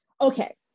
Okay